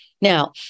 Now